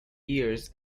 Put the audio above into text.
years